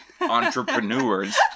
entrepreneurs